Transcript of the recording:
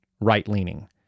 right-leaning